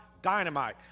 Dynamite